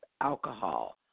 alcohol